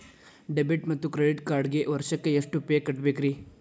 Debit ಮತ್ತು credit ಕಾರ್ಡ್ಗೆ ವರ್ಷಕ್ಕ ಎಷ್ಟ ಫೇ ಕಟ್ಟಬೇಕ್ರಿ?